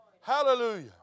Hallelujah